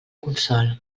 consol